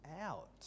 out